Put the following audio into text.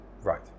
Right